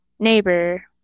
neighbor